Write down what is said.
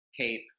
cape